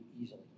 easily